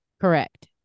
Correct